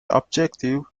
objective